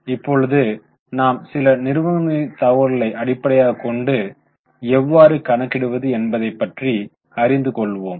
இப்பொழுது நாம் சில நிறுவனத்தின் தகவல்களை அடிப்படையாகக் கொண்டு எவ்வாறு கணக்கிடுவது என்பதை பற்றி அறிந்து கொள்வோம்